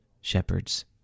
shepherds